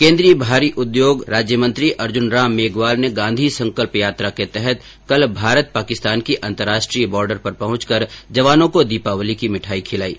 केंद्रीय भारी उद्योग राज्य मंत्री अर्जुनराम मेघवाल ने गांधी संकल्प यात्रा के तहत कल भारत पाकिस्तान की अंतर्राष्ट्रीय बॉर्डर पर पहुंचकर जवानो को दीपावली की मिठाई खिलायी